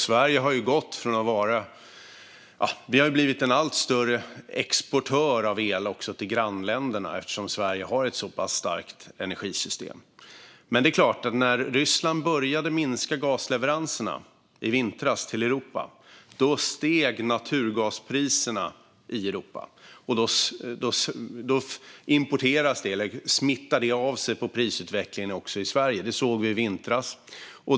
Sverige har blivit en allt större exportör av el till grannländerna eftersom Sverige har ett så pass starkt energisystem. När Ryssland i vintras började minska gasleveranserna till Europa steg naturgaspriserna i Europa, och det smittade av sig på prisutvecklingen också i Sverige. Det såg vi i vintras.